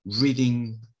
reading